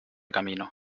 camino